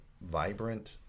vibrant